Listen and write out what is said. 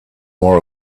more